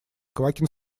квакин